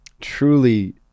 truly